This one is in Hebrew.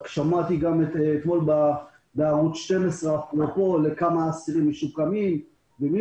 שמעתי גם בערוץ 12 כמה אסירים משוקמים ומי